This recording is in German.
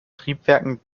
triebwerken